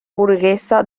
burguesa